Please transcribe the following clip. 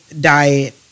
diet